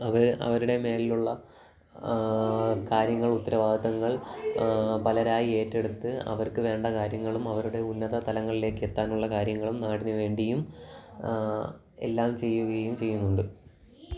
അവര് അവരുടെ മേലിലുള്ള കാര്യങ്ങൾ ഉത്തരവാദിത്തങ്ങൾ പലരായി ഏറ്റെടുത്ത് അവർക്കുവേണ്ട കാര്യങ്ങളും അവരുടെ ഉന്നതതലങ്ങളിലേക്കെത്താനുള്ള കാര്യങ്ങളും നാടിനുവേണ്ടിയും എല്ലാം ചെയ്യുകയും ചെയ്യുന്നുണ്ട്